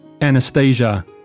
Anastasia